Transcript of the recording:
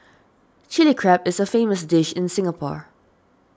Chilli Crab is a famous dish in Singapore